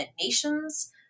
nations